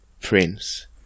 prince